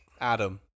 Adam